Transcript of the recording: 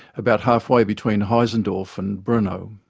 about half-way between heizendorf and brno.